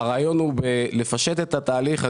הרעיון הוא לפשט את התהליך.